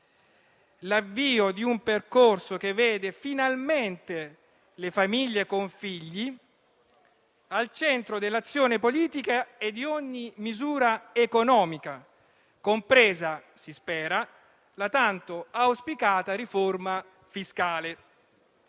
l'avvio di un percorso che vede finalmente le famiglie con figli al centro dell'azione politica e di ogni misura economica, compresa - si spera - la tanto auspicata riforma fiscale.